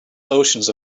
oceans